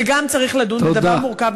וגם צריך לדון בדבר מורכב,